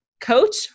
coach